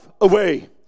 away